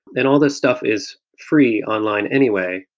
and all this stuff is free online anyway,